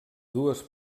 dues